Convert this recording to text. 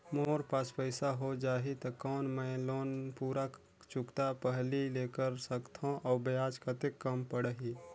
मोर पास पईसा हो जाही त कौन मैं लोन पूरा चुकता पहली ले कर सकथव अउ ब्याज कतेक कम पड़ही?